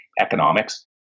economics